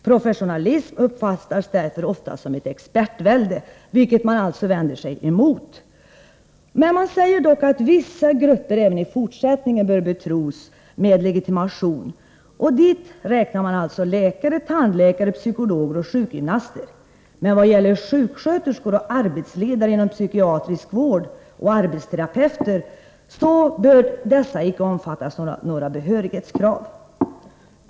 Professionalism uppfattas därför ofta som expertvälde.” Detta vänder man sig alltså emot. Man säger dock att vissa grupper även i fortsättningen bör betros med legitimation. Dit räknar man läkare, tandläkare, psykologer och sjukgymnaster. Men vad gäller sjuksköterskor och arbetsledare inom psykiatrisk vård och arbetsterapeuter bör dessa icke omfattas av några behörighetskrav.